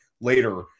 later